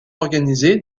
organisés